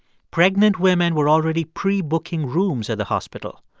pregnant women were already pre-booking rooms at the hospital.